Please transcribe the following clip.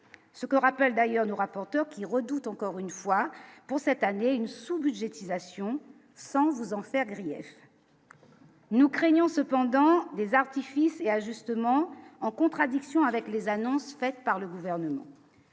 ce que rappelle d'ailleurs le rapporteur qui redoute encore une fois, pour cette année une sous-budgétisation sans en faire grief, nous craignons cependant des artifices et ajustements justement en contradiction avec les annonces faites par le gouvernement